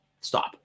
Stop